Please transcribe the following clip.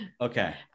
Okay